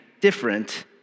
different